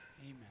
Amen